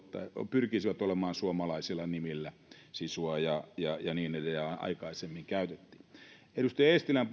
pyrkisivät olemaan suomalaisilla nimillä sisua ja niin edelleen aikaisemmin käytettiin sitten edustaja eestilän